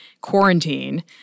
quarantine